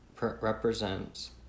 represents